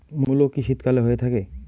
মূলো কি শীতকালে হয়ে থাকে?